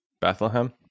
Bethlehem